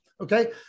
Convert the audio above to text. Okay